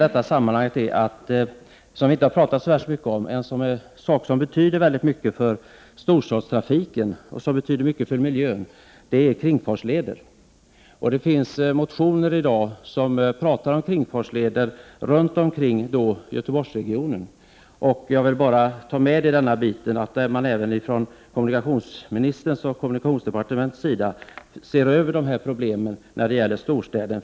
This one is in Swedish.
En sak har vi inte talat så mycket om, och det är en sak som betyder väldigt mycket för storstadstrafiken och för miljön: kringfartsleder. Det finns motioner om kringfartsleder i Göteborgsområdet. Jag vill säga att det vore bra om kommunikationsministern och hans departement ser över dessa frågor i storstäderna.